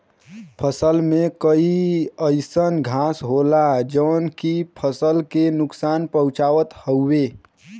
फसल में कई अइसन घास होला जौन की फसल के नुकसान पहुँचावत हउवे